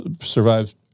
survived